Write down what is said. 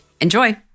Enjoy